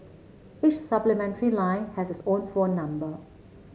each supplementary line has its own phone number